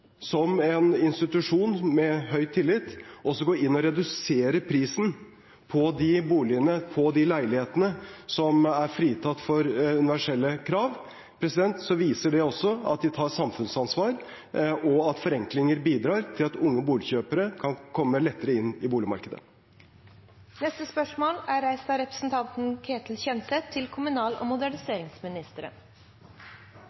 som en institusjon med høy tillit, også går inn og reduserer prisen på de boligene, på de leilighetene som er fritatt for universelle krav, viser det at de tar samfunnsansvar, og at forenklinger bidrar til at unge boligkjøpere kan komme lettere inn på boligmarkedet. «Andelen av eldre øker. Om lag 10 pst. av dagens boligmasse er